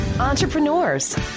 entrepreneurs